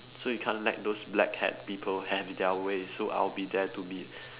so you can't let those black hat people have their way so I'll be there to be